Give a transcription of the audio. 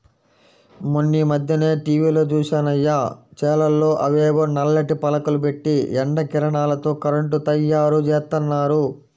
మొన్నీమధ్యనే టీవీలో జూశానయ్య, చేలల్లో అవేవో నల్లటి పలకలు బెట్టి ఎండ కిరణాలతో కరెంటు తయ్యారుజేత్తన్నారు